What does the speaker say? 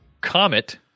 comet